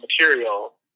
material